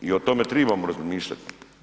I o tome tribamo razmišljati.